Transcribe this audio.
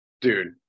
dude